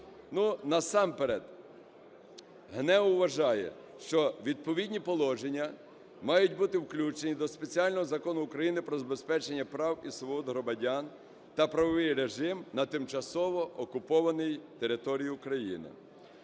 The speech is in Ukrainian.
насамперед, ГНЕУ вважає, що відповідні положення мають бути включені до спеціального закону України про забезпечення прав і свобод громадян та правовий режим на тимчасово окупованій території України.